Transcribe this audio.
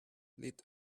lit